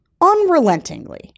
unrelentingly